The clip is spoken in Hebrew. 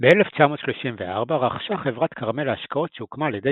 ב-1934 רכשה חברת "כרמל להשקעות" שהוקמה על ידי